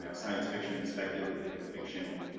yeah science fiction and speculative fiction